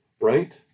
Right